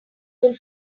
will